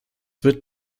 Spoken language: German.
wird